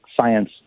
science